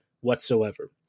whatsoever